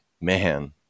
Man